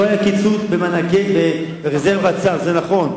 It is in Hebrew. לא היה קיצוץ ברזרבת שר, זה נכון.